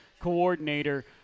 coordinator